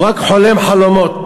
הוא רק חולם חלומות,